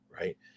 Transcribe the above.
Right